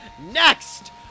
next